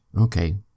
Okay